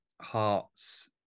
hearts